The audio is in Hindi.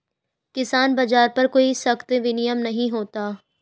किसान बाज़ार पर कोई सख्त विनियम नहीं होता